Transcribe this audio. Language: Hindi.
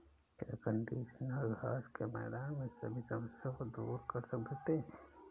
क्या कंडीशनर घास के मैदान में सभी समस्याओं को दूर कर देते हैं?